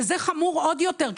וזה חמור עוד יותר,